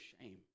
shame